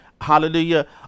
hallelujah